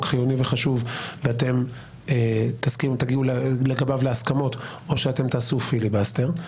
חיוני וחשוב ותגיעו לגביו להסכמות או שתעשו פיליבסטר.